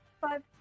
five